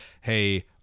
hey